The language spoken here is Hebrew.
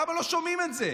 למה לא שומעים את זה?